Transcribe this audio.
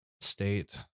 state